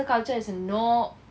cancel culture is a no